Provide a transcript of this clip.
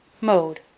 Mode